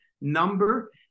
number